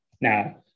Now